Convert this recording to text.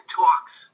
talks